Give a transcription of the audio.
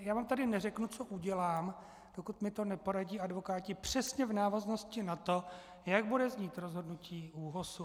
Já vám tady neřeknu, co udělám, dokud mi to neporadí advokáti přesně v návaznosti na to, jak bude znít rozhodnutí ÚOHSu.